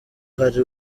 hari